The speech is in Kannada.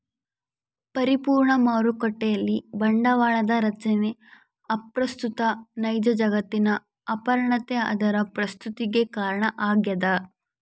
ಪರಿಪೂರ್ಣ ಮಾರುಕಟ್ಟೆಯಲ್ಲಿ ಬಂಡವಾಳದ ರಚನೆ ಅಪ್ರಸ್ತುತ ನೈಜ ಜಗತ್ತಿನ ಅಪೂರ್ಣತೆ ಅದರ ಪ್ರಸ್ತುತತಿಗೆ ಕಾರಣ ಆಗ್ಯದ